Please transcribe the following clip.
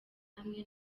hamwe